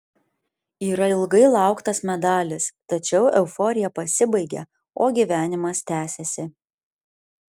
yra ilgai lauktas medalis tačiau euforija pasibaigia o gyvenimas tęsiasi